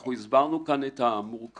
אנחנו הסברנו כאן את המורכבות